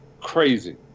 crazy